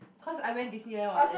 cause I went Disneyland what there